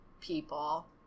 people